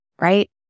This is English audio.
right